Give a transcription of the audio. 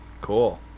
cool